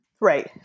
Right